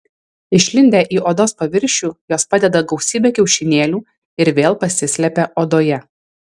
išlindę į odos paviršių jos padeda gausybę kiaušinėlių ir vėl pasislepia odoje